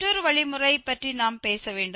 மற்றொரு வழிமுறை பற்றி நாம் பேச வேண்டும்